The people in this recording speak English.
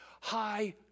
High